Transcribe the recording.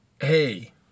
hey